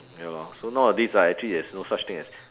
ya lor so nowadays like there is no such thing as